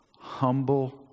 humble